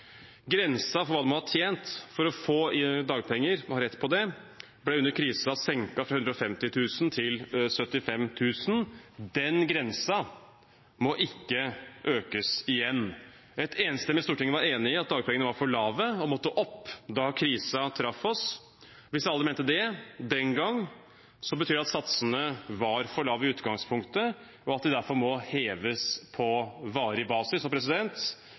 for hva man må ha tjent for å ha rett på dagpenger, ble under krisen senket fra 150 000 kr til 75 000 kr. Den grensen må ikke økes igjen. Et enstemmig storting var enig i at dagpengene var for lave og måtte opp da krisen traff oss. Hvis alle mente det den gangen, betyr det at satsene var for lave i utgangspunktet, og at de derfor må heves på varig basis.